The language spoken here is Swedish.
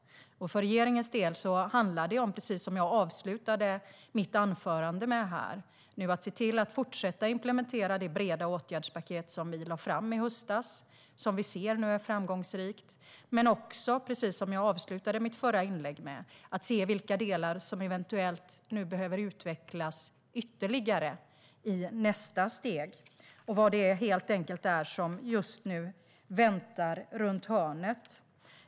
För regeringen handlar det om - precis som jag avslutade mitt anförande med - att se till att fortsätta att implementera det breda åtgärdspaket som vi lade fram i höstas, och som vi nu ser att det är framgångsrikt. Precis som jag avslutade mitt förra inlägg med ser vi också vad som eventuellt behöver utvecklas ytterligare i nästa steg och vad det är som helt enkelt väntar runt hörnet.